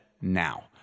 now